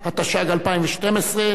התשע"ג 2012,